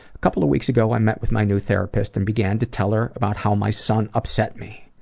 a couple of weeks ago i met with my new therapist and began to tell her about how my son upset me.